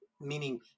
meaning